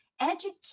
Education